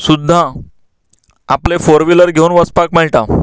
सुद्दां आपल्यो four wheeler घेवन वचपाक मेळटा